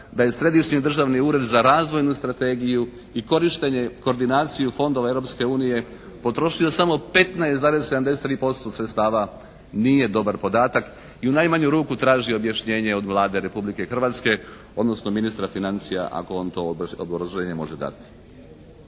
da je Središnji državni ured za razvojnu strategiju i korištenje, koordinaciju fondova Europske unije potrošio samo 15,73% sredstava nije dobar podatak. I u najmanju ruku traži objašnjenje od Vlade Republike Hrvatske, odnosno ministra financija, ako vam to obrazloženje može dati.